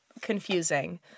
confusing